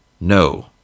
No